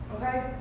Okay